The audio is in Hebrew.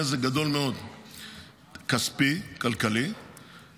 נזק כספי וכלכלי גדול מאוד,